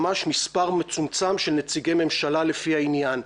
ממש מספר מצומצם של נציגי ממשלה לפי העניין.